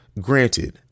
granted